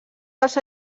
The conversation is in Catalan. dels